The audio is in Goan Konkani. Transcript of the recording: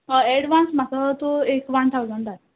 एडवान्स म्हाका तूं एक वान ठावजण जाय